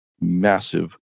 massive